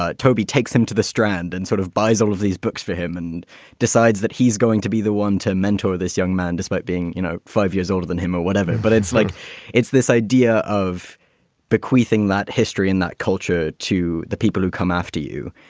ah toby takes him to the strand and sort of buys all of these books for him and decides that he's going to be the one to mentor this young man, despite being, you know, five years older than him or whatever. but it's like it's this idea of bequeathing that history in that culture to the people who come after you.